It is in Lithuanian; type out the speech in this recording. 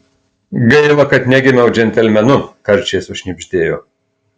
gaila kad negimiau džentelmenu karčiai sušnibždėjo